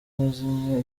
yazimye